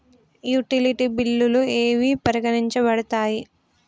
Utility బిల్లులు ఏవి పరిగణించబడతాయి?